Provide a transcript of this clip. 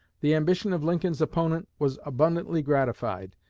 the ambition of lincoln's opponent was abundantly gratified,